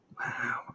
Wow